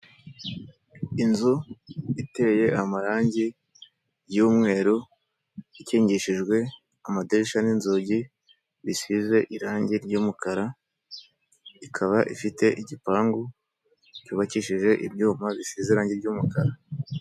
Inzu iteye amarangi y'umweru, ikingishijwe amaderisha n'inzugi bisize irangi ry'umukara, ikaba ifite igipangu cyubakishije ibyuma bisize irangi ry'umukara.